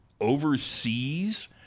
overseas